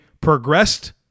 progressed